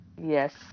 Yes